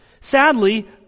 sadly